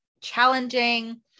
challenging